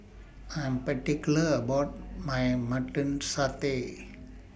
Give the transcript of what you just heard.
I Am particular about My Mutton Satay